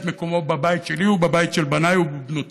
הוא ימצא את מקומו בבית שלי ובבית של בניי ובנותיי.